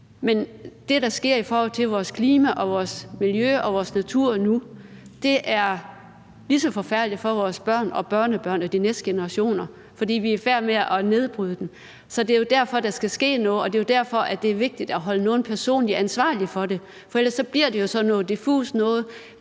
Men det, der sker i forhold til vores klima og vores miljø og vores natur nu, er lige så forfærdeligt for vores børn og børnebørn og de næste generationer, fordi vi er i færd med at nedbryde den. Det er jo derfor, der skal ske noget, og det er derfor, det er vigtigt at holde nogle personligt ansvarlige for det, for ellers bliver det jo sådan noget diffust noget